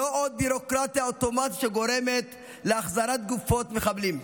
לא עוד ביורוקרטיה אוטומטית שגורמת להחזרת גופות מחבלים.